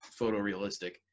photorealistic